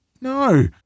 No